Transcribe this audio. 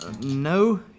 No